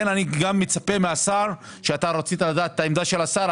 אתה רצית לדעת מה עמדתו של השר.